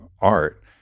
art